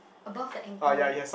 above the anchor